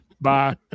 Bye